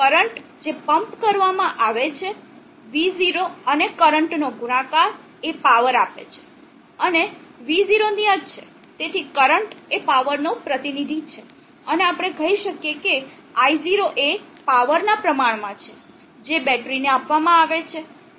current જે pump કરવામાં આવે છે v0 અને કરંટ નો ગુણાકાર એ પાવર છે અને v0 નિયત છે તેથી કરંટ એ પાવરનો પ્રતિનિધિ છે અને આપણે કહી શકીએ કે i0 એ પાવરના પ્રમાણમાં છે જે બેટરીને આપવામાં આવે છે